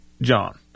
John